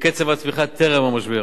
מקצב הצמיחה טרם המשבר.